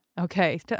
Okay